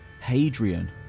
Hadrian